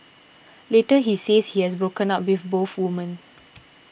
later he says he has broken up with both women